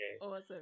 Awesome